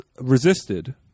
resisted